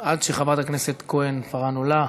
עד שחברת הכנסת כהן-פארן עולה,